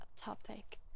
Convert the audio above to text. topic